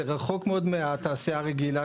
זה רחוק מאוד מהתעשייה הרגילה,